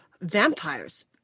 Vampires